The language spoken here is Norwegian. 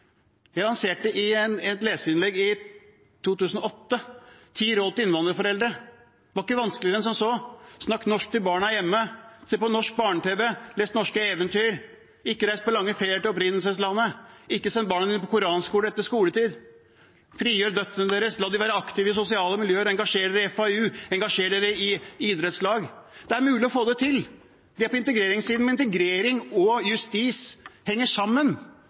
Jeg hadde et leserinnlegg i 2008 med ti råd til innvandrerforeldre. Det var ikke vanskeligere enn som så: Snakk norsk til barna hjemme, se på norsk barne-tv, les norske eventyr, ikke reis på lange ferier til opprinnelseslandet, ikke send barna på koranskole etter skoletid, frigjør døtrene og la dem være aktive i sosiale miljøer, engasjer dere i FAU, engasjer dere i idrettslag. Det er mulig å få det til – det er på integreringssiden, men integrering og justis henger sammen.